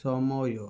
ସମୟ